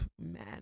man